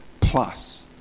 plus